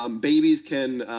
um babies can